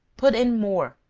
put in more,